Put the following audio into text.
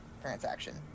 transaction